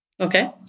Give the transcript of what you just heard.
Okay